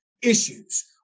issues